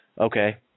Okay